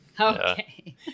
Okay